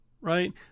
right